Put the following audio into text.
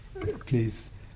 Please